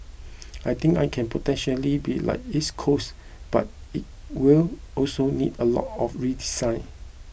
I think I can potentially be like East Coast but it will also need a lot of redesign